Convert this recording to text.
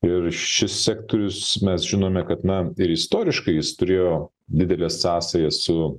ir šis sektorius mes žinome kad na ir istoriškai jis turėjo dideles sąsajas su